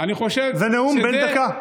זה נאום בן דקה.